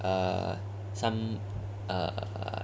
err some err